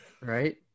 right